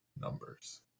numbers